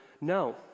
no